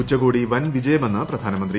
ഉച്ചകോടി വൻ വിജയമെന്ന് പ്രധാനമന്ത്രി